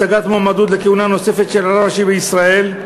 הצגת מועמדות לכהונה נוספת של רב ראשי לישראל).